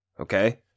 Okay